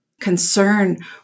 concern